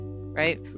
right